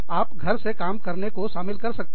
आप घर से काम करना को शामिल कर सकते हैं